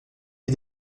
les